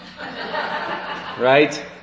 right